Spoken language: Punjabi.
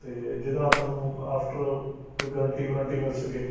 ਅਤੇ ਜਿਹਦੇ ਨਾਲ਼ ਤੁਹਾਨੂੰ ਆਫਟਰ ਕੋਈ ਗਰੰਟੀ ਵਰੰਟੀ ਮਿਲ਼ ਸਕੇ